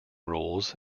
rules